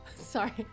Sorry